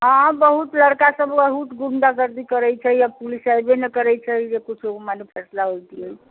हाँ बहुत लड़का सभ बहुत गुण्डागर्दी करैत छै आ पुलिस ऐबे नहि करैत छै जे किछु मानो फैसला होतिऐ